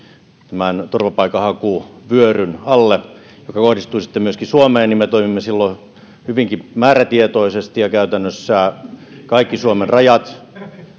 tämän turvapaikanhakuvyöryn alle joka kohdistui sitten myöskin suomeen niin me toimimme silloin hyvinkin määrätietoisesti ja käytännössä kaikki suomen